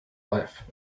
life